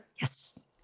Yes